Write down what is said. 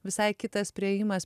visai kitas priėjimas